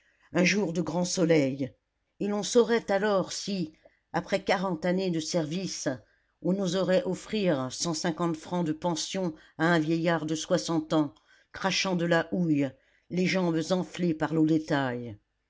un jour de grand soleil et l'on saurait alors si après quarante années de service on oserait offrir cent cinquante francs de pension à un vieillard de soixante ans crachant de la houille les jambes enflées par l'eau